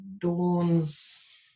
Dawn's